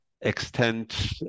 extend